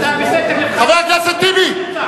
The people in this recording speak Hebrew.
אתה חבר הכנסת טיבי.